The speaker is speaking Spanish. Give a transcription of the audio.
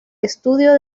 estudio